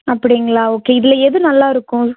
அப்படிங்களா ஓகே இதில் எது நல்லாயிருக்கும்